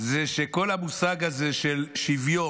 מה שלומדים מפרשת קרח זה שכל המושג הזה של שוויון,